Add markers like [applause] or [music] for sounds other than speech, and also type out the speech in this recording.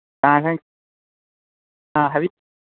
[unintelligible] ꯑꯥ [unintelligible]